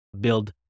build